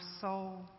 soul